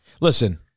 Listen